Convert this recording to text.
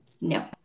No